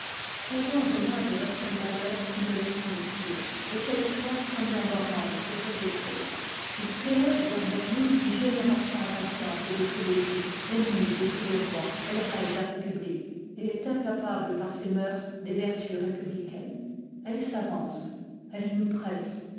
tirons au moins de notre malheur une leçon utile et qu'elle soit comme la morale de cet écrit il s'élève derrière nous une gén ératiou impatiente de tous les jougs ennemie de tous les rois elle rêve la république et est incapable par ses mœurs des vertus républicaines elle s'avance elle nous presse